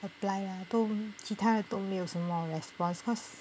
apply lah 都其它的都没有什么 response cause